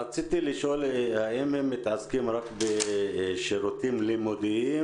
רציתי לשאול האם הם מתעסקים רק בשירותים לימודיים